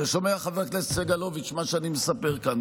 חבר הכנסת סגלוביץ', אתה שומע מה אני מספר כאן?